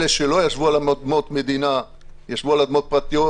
אלה שלא ישבו על אדמות מדינה ישבו על אדמות פרטיות,